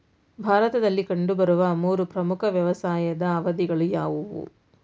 ಭಾರತದಲ್ಲಿ ಕಂಡುಬರುವ ಮೂರು ಪ್ರಮುಖ ವ್ಯವಸಾಯದ ಅವಧಿಗಳು ಯಾವುವು?